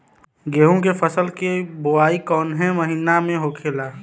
गेहूँ के फसल की बुवाई कौन हैं महीना में होखेला?